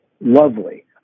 Lovely